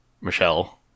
Michelle